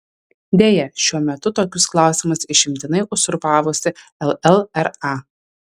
deja šiuo metu tokius klausimus išimtinai uzurpavusi llra